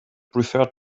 preferred